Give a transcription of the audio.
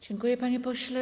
Dziękuję, panie pośle.